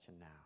now